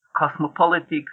cosmopolitics